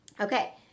Okay